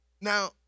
Now